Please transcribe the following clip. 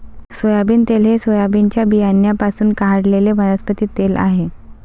soybean तेल हे सोयाबीनच्या बियाण्यांपासून काढलेले वनस्पती तेल आहे